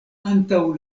antaŭ